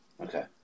Okay